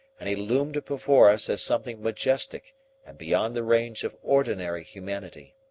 and he loomed before us as something majestic and beyond the range of ordinary humanity.